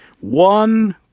one